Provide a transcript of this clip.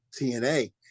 TNA